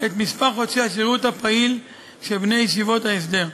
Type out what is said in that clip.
את מספר חודשי השירות הפעיל של בני ישיבות ההסדר.